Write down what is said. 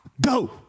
Go